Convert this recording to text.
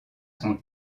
son